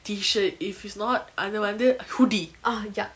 T shirt if it's not அதுவந்து:athuvanthu hoodie